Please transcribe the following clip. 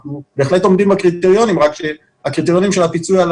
אנחנו בהחלט עומדים בקריטריונים אלא שהקריטריונים של הפיצוי של